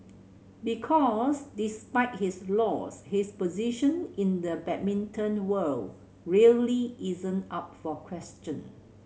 because despite his loss his position in the badminton world really isn't up for question